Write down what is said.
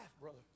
brother